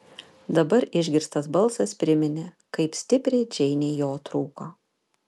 dabar išgirstas balsas priminė kaip stipriai džeinei jo trūko